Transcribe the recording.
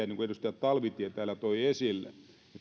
niin kuin edustaja talvitie täällä toi esille hyvin tärkeä on